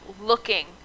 looking